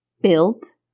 built